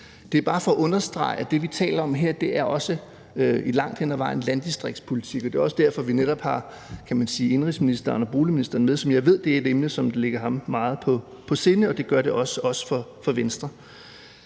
Det er bare for at understrege, at det, vi taler om her, også langt hen ad vejen er landdistriktspolitik. Det er derfor, at vi netop også har indenrigs- og boligministeren med i dag, og jeg ved, at det er et emne, der ligger ham meget på sinde, og det gør det også hos os i Venstre.